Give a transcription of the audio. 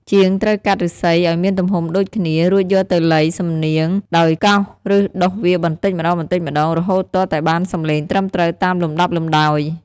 ជាងត្រូវកាត់ឫស្សីឱ្យមានទំហំដូចគ្នា រួចយកទៅលៃសំនៀងដោយកោស ឬដុសវាបន្តិចម្ដងៗ រហូតទាល់តែបានសំឡេងត្រឹមត្រូវតាមលំដាប់លំដោយ។